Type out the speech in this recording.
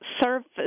surface